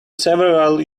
several